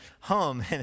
home